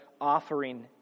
offering